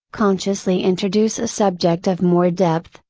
consciously introduce a subject of more depth,